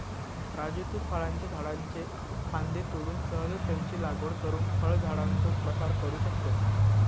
राजू तु फळांच्या झाडाच्ये फांद्ये तोडून सहजच त्यांची लागवड करुन फळझाडांचो प्रसार करू शकतस